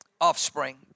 offspring